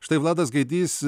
štai vladas gaidys